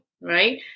right